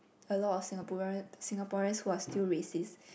a lot of Singaporean Singaporeans who are still racist